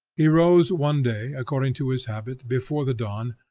he rose one day, according to his habit, before the dawn,